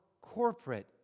corporate